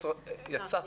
יצאה.